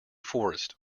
forest